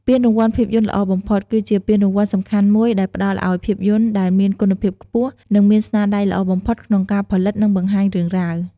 ពានរង្វាន់ភាពយន្តល្អបំផុត គឺជាពានរង្វាន់សំខាន់មួយដែលផ្តល់ឲ្យភាពយន្តដែលមានគុណភាពខ្ពស់ និងមានស្នាដៃល្អបំផុតក្នុងការផលិត និងបង្ហាញរឿងរ៉ាវ។